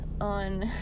on